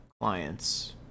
clients